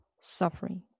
suffering